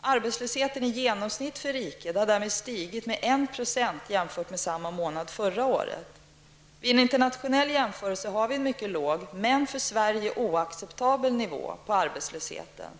Arbetslösheten i genomsnitt för riket har därmed stigit med en procentenhet jämfört med samma månad förra året. Vid en internationell jämförelse har vi en mycket låg men för Sverige oacceptabel nivå på arbetslsheten.